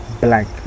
blank